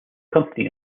company